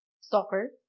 stalker